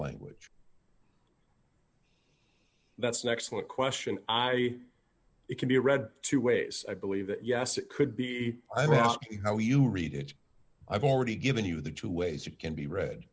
language that's an excellent question i it can be read two ways i believe that yes it could be i don't know how you read it i've already given you the two ways you can be read